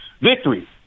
victory